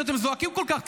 שאתם זועקים כל כך,